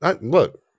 Look